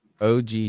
OG